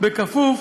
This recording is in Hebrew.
בכפוף